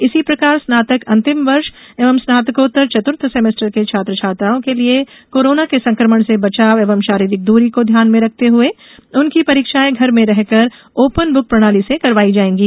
इसी प्रकार स्नातक अंतिम वर्ष एवं स्नातकोत्तर चतुर्थ सेमेस्टर के छात्र छात्राओं के लिए कोरोना के संक्रमण से बचाव एवं शारीरिक दूरी को ध्यान में रखते हुए उनकी परीक्षाएं घर में रहकर ओपन बुक प्रणाली से करवाई जाएंगी